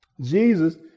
Jesus